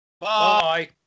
bye